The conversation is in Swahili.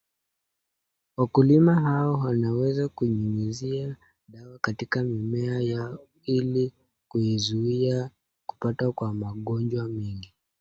Wakulima hawa wanaweza kunyunyizia dawa katika mimea yao ili kuizuia kupatwa kwa magonjwa mengi.